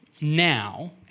now